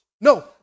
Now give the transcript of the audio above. No